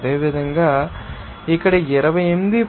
అదేవిధంగా ఇక్కడ 28